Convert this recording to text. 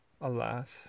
Alas